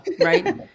right